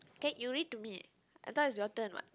K you read to me I thought is your turn what